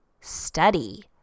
Study